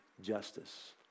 justice